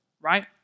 right